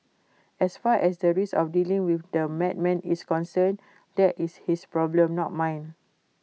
as far as the risk of dealing with A madman is concerned that is his problem not mine